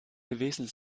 gewesen